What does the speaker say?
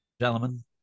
gentlemen